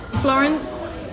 Florence